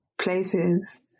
places